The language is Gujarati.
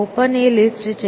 ઓપન એ લિસ્ટ છે